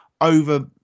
over